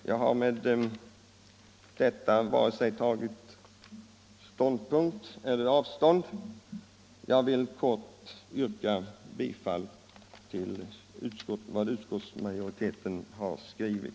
Jag har i detta anförande inte tagit ståndpunkt vare sig för eller mot, utan jag vill kort yrka bifall till utskottets hemställan.